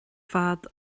fad